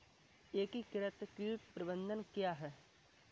एकीकृत कीट प्रबंधन क्या है?